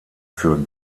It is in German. für